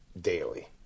Daily